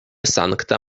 sankta